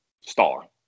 star